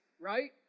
right